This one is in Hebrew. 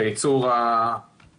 את הייצור הסופי,